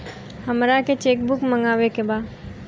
हमारा के cheque book मगावे के बा?